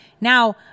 Now